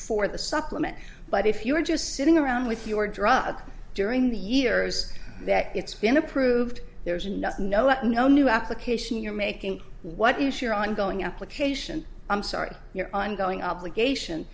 for the supplement but if you are just sitting around with your drug during the years that it's been approved there's enough no that no new application you're making what is your ongoing application i'm sorry your ongoing obligation